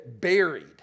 buried